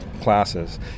classes